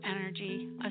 Energy